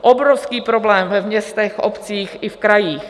Obrovský problém ve městech, v obcích i v krajích.